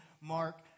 Mark